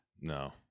no